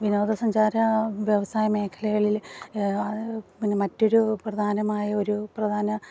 വിനോദസഞ്ചാര വ്യവസായ മേഖലകളിൽ മറ്റൊരു പ്രധാനമായ ഒരു പ്രധാന